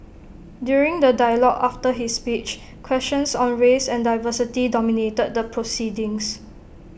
during the dialogue after his speech questions on race and diversity dominated the proceedings